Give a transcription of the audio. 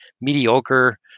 mediocre